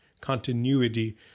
continuity